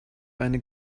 eine